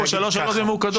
היו פה שלוש שאלות ממוקדות.